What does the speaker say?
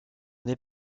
n’est